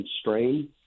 strain